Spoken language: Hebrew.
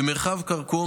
במרחב כרכום,